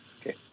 Okay